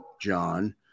John